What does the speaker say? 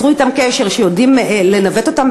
שיצרו אתם קשר ויודעים לנווט אותם